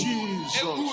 Jesus